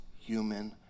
human